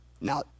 Now